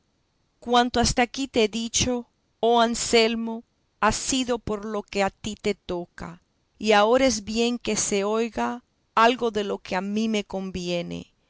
cuanto hasta aquí te he dicho oh anselmo ha sido por lo que a ti te toca y ahora es bien que se oiga algo de lo que a mí me conviene